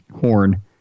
horn